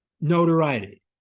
notoriety